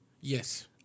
Yes